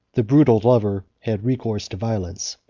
the brutal lover had recourse to violence.